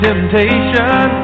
Temptation